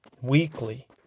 weekly